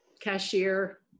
cashier